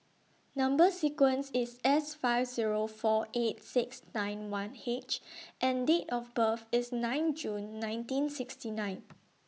Number sequence IS S five Zero four eight six nine one H and Date of birth IS nine June nineteen sixty nine